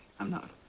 i am not.